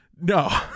No